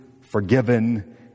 forgiven